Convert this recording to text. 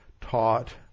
taught